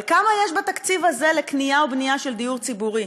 אבל כמה יש בתקציב הזה לקנייה ובנייה של דיור ציבורי?